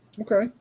Okay